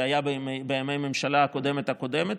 שהיה בימי הממשלה הקודמת הקודמת.